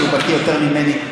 שהוא בקי יותר ממני,